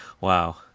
Wow